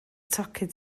tocyn